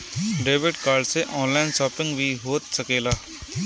debit card से online shopping भी हो सकत हवे